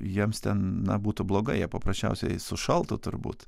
jiems ten na blogai jie paprasčiausiai sušaltų turbūt